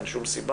אין שום סיבה